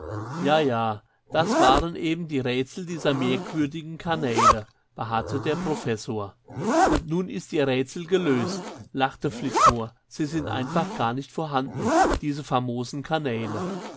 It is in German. ja ja das waren eben die rätsel dieser merkwürdigen kanäle beharrte der professor und nun ist ihr rätsel gelöst lachte flitmore sie sind einfach gar nicht vorhanden diese famosen kanäle